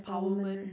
empowerment